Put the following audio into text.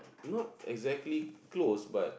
not exactly close but